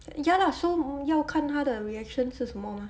ya lah so 要看他的 reaction 是什么嘛